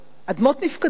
אדמות נפקדים.